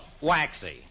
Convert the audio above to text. waxy